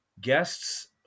guests